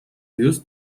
use